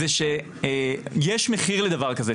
זה שיש מחיר לדבר כזה.